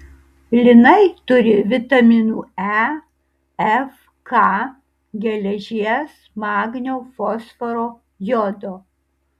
linai turi vitaminų e f k geležies magnio fosforo jodo